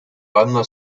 banda